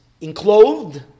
enclosed